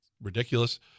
ridiculous